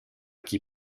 qui